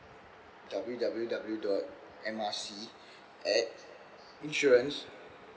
W_W_W dot M R C at insurance